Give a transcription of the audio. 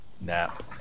Nap